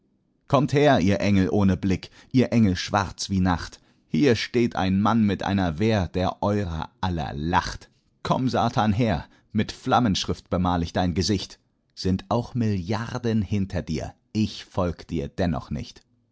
kommt her ihr engel ohne blick ihr engel schwarz wie nacht hier steht ein mann mit einer wehr der euer aller lacht komm satan her mit flammenschrift bemal ich dein gesicht sind auch milliarden hinter dir ich folg dir dennoch nicht